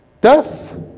Thus